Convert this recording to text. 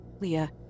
Leah